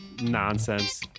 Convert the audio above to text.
nonsense